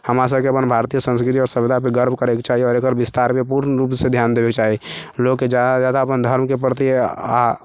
हमरासभके अपन भारतीय सभ्यता आओर संस्कृतिपर गर्व करयके चाही आओर एकर विस्तारमे पूर्ण रूपसँ ध्यान देबयके चाही लोककेँ ज्यादासँ ज्यादा अपन धर्मके प्रति